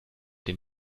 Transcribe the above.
den